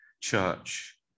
church